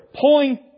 pulling